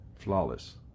flawless